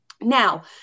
Now